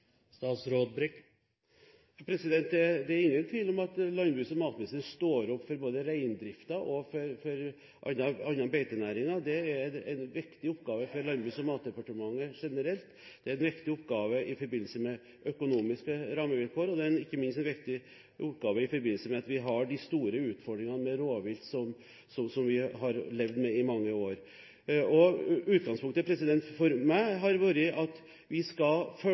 Det er ingen tvil om at landbruks- og matministeren står opp for både reindriften og andre beitenæringer. Det er en viktig oppgave for Landbruks- og matdepartementet generelt, det er en viktig oppgave i forbindelse med økonomiske rammevilkår, og ikke minst er det en viktig oppgave i forbindelse med de store utfordringene med rovvilt som vi har levd med i mange år. Utgangspunktet for meg har vært at vi skal følge